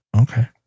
Okay